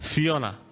Fiona